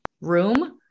room